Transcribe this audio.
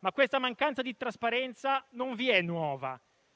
ma tale mancanza di trasparenza non vi è nuova: